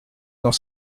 dans